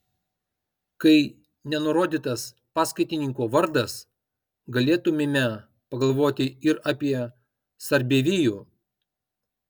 kai nenurodytas paskaitininko vardas galėtumėme pagalvoti ir apie sarbievijų